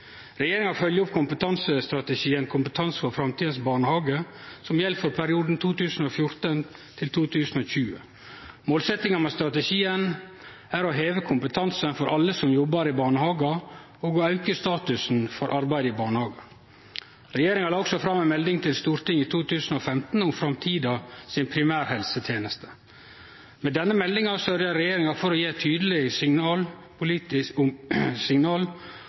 Regjeringa følgjer opp kompetansestrategien Kompetanse for framtidens barnehage, som gjeld for perioden 2014–2020. Målsetjinga med strategien er å heve kompetansen for alle som jobbar i barnehagar, og å auke statusen for arbeid i barnehage. Regjeringa la også fram ei melding til Stortinget i 2015 om primærhelsetenestene i framtida. Med denne meldinga sørgjer regjeringa for å gje ei tydeleg politisk